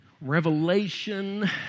revelation